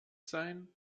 sein